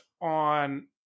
on